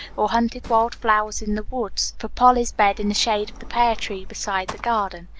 or hunted wild flowers in the woods for polly's bed in the shade of the pear tree beside the garden.